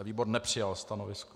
Výbor nepřijal stanovisko.